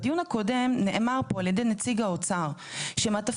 בדיון הקודם נאמר פה על ידי נציג האוצר שמעטפות